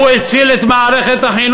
חוק נהרי הביא, הוא הציל את מערכת החינוך.